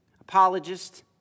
Apologist